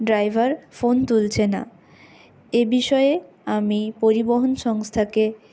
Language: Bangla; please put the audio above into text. ড্রাইভার ফোন তুলছে না এ বিষয়ে আমি পরিবহন সংস্থাকে